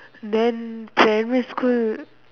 then primary school